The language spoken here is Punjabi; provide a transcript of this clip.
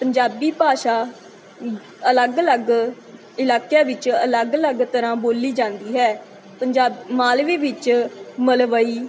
ਪੰਜਾਬੀ ਭਾਸ਼ਾ ਅਲੱਗ ਅਲੱਗ ਇਲਾਕਿਆਂ ਵਿੱਚ ਅਲੱਗ ਅਲੱਗ ਤਰ੍ਹਾਂ ਬੋਲੀ ਜਾਂਦੀ ਹੈ ਪੰਜਾ ਮਾਲਵੇ ਵਿੱਚ ਮਲਵਈ